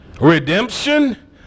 Redemption